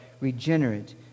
regenerate